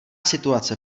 situace